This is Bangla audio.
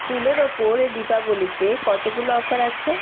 ফুলের ওপর এই দীপাবলিতে কতগুলো অফার আছে